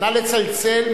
נא לצלצל,